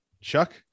Chuck